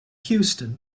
houston